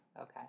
Okay